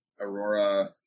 Aurora